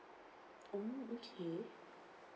mm okay